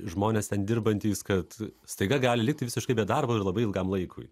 žmonės ten dirbantys kad staiga gali likti visiškai be darbo ir labai ilgam laikui